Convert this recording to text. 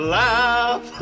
laugh